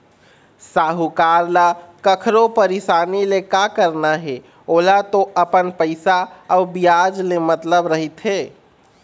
साहूकार ल कखरो परसानी ले का करना हे ओला तो अपन पइसा अउ बियाज ले मतलब रहिथे